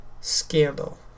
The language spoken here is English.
Scandal